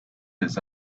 his